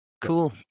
Cool